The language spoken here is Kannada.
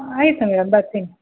ಆಯಿತು ಮೇಡಮ್ ಬರ್ತಿನಿ